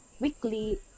weekly